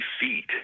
feet